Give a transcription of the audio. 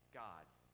gods